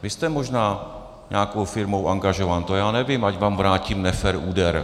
Vy jste možná nějakou firmou angažován, to já nevím, ať vám vrátím nefér úder.